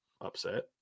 upset